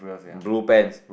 blue pants